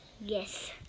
Yes